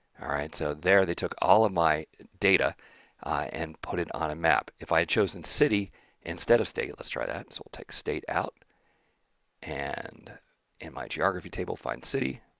all right, so there they took all of my data and put it on a map. if i had chosen city instead of state, let's try that. so we'll take state out and in my geography table find city.